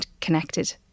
connected